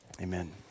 amen